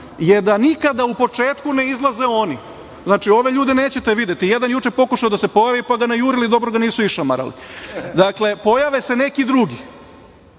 je da nikada u početku ne izlaze oni. Znači, ove ljude nećete videti. Jedan je juče pokušao da se pojavi, pa ga najurili, dobro ga nisu išamarali. Dakle, pojave se neki drugi,